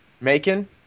Macon